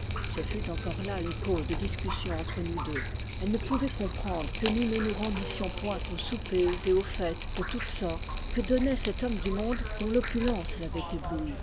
ce fut encore là une cause de discussion entre nous deux elle ne pouvait comprendre que nous ne nous rendissions point aux soupers et aux fêtes de toute sorte que donnait cet homme du monde dont l'opulence l'avait éblouie